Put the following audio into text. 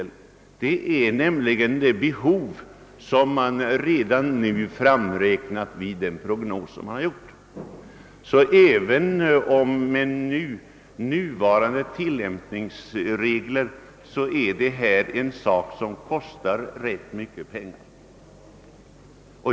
Detta är nämligen det behov man redan nu framräknat. även med nuvarande tillämpningsregler kostar systemet alltså mycket pengar.